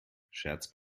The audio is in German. scherz